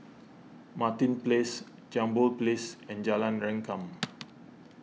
Martin Place Jambol Place and Jalan Rengkam